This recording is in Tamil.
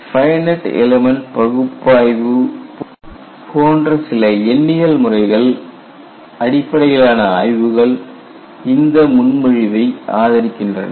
ஃபைனட் எல்மெண்ட் பகுப்பாய்வு போன்ற சில எண்ணியல் முறைகள் அடிப்படையிலான ஆய்வுகள் இந்த முன்மொழிவை ஆதரிக்கின்றன